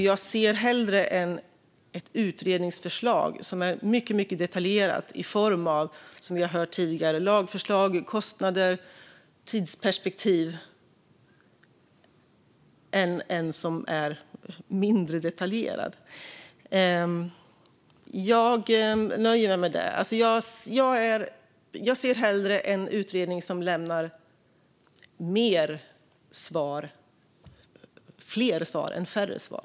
Jag ser hellre ett utredningsförslag som är mycket detaljerat när det gäller, som vi har hört tidigare, lagförslag, kostnader och tidsperspektiv än ett som är mindre detaljerat. Jag nöjer mig med detta. Jag ser hellre en utredning som lämnar fler svar än en som lämnar färre svar.